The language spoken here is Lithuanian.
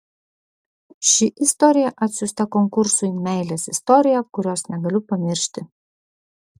ši istorija atsiųsta konkursui meilės istorija kurios negaliu pamiršti